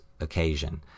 occasion